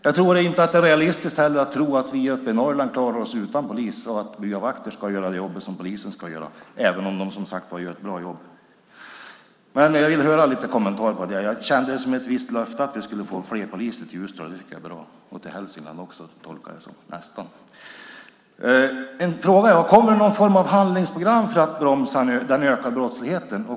Jag tror inte heller att det är realistiskt att tro att vi uppe i Norrland klarar oss utan poliser och att byavakter ska göra det jobb som polisen ska göra, även om de som sagt var gör ett bra jobb. Jag vill höra lite kommentarer om det. Jag kände det som ett visst löfte att vi skulle få fler poliser till Ljusdal, och det tycker jag är bra, till Hälsingland också tolkade jag det nästan som. En fråga jag har är: Kommer det någon form av handlingsprogram för att bromsa den ökade brottsligheten?